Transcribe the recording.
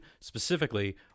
specifically